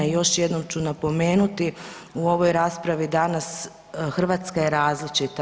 I još jednom ću napomenuti u ovoj raspravi danas Hrvatska je različita.